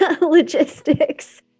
Logistics